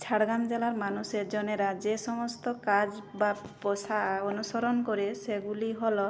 ঝাড়গ্রাম জেলার মানুষেরজনেরা যে সমস্ত কাজ বা পেশা অনুসরণ করে সেগুলি হলো